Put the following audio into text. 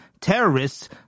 terrorists